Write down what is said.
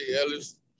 Ellis